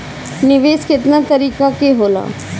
निवेस केतना तरीका के होला?